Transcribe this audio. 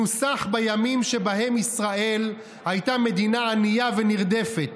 נוסח בימים שבהם ישראל הייתה מדינה ענייה ונרדפת,